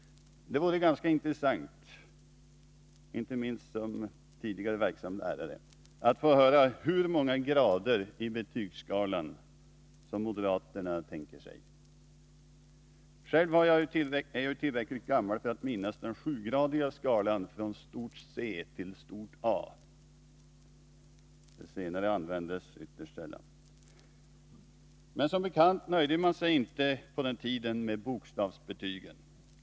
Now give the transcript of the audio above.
Det vore ganska intressant, inte minst för en tidigare verksam lärare, att få höra hur många grader i betygsskalan som moderaterna här tänker sig. Själv är jag ju tillräckligt gammal för att minnas den sjugradiga skalan från C till A. Det senare användes ytterst sällan. Men som bekant nöjde man sig inte på den tiden med bokstavsbetyg.